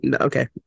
okay